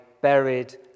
buried